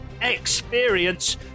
experience